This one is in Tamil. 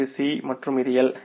இது C மற்றும் இது L